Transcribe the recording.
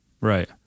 Right